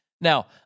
Now